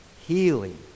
healing